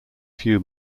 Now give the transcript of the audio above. few